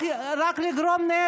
אתם חבורה